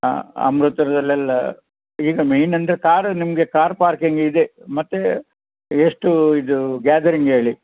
ಹಾಂ ಅಮೃತದಲ್ಲೆಲ್ಲ ಈಗ ಮೇನಂದರೆ ಕಾರ್ ನಿಮಗೆ ಕಾರ್ ಪಾರ್ಕಿಂಗ್ ಇದೆ ಮತ್ತು ಎಷ್ಟು ಇದು ಗ್ಯಾದರಿಂಗ್ ಹೇಳಿ